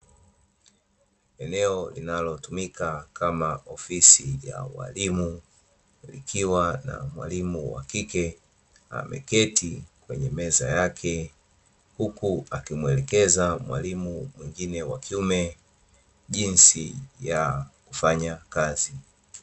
Eneo linalotumika kama ofisi ya walimu, likiwa na mwalimu wa kike, ameketi kwenye meza yake, huku akimwelekeza mwalimu mwingine wa kiume, jinsi ya kufanya kazi.